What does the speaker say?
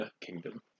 kingdom